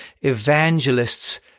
evangelists